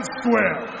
square